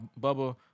Bubba